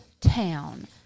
town